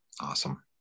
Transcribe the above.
awesome